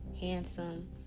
handsome